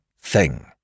thing